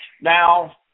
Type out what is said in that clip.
Now